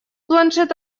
планшет